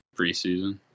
preseason